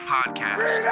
Podcast